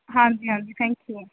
ਹਾਂਜੀ ਹਾਂਜੀ thank you